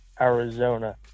Arizona